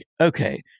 okay